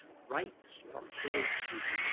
rights are for you.